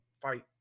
fight